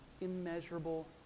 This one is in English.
immeasurable